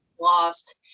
lost